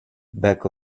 back